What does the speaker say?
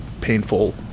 painful